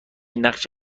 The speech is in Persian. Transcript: نقش